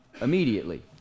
immediately